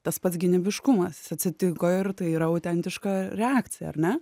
tas pats gynybiškumas atsitiko ir tai yra autentiška reakcija ar ne